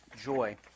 joy